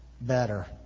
better